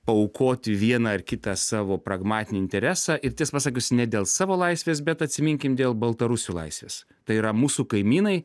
paaukoti vieną ar kitą savo pragmatinį interesą ir tiesą pasakius ne dėl savo laisvės bet atsiminkim dėl baltarusių laisvės tai yra mūsų kaimynai